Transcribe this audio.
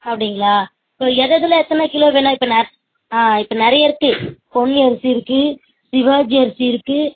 அப்படிங்களா இப்போ எதெதில் எத்தனை கிலோ வேணும் இப்போ நெ ஆ இப்போ நிறைய இருக்குது பொன்னி அரிசி இருக்குது சிவாஜி அரிசி இருக்குது